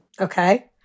Okay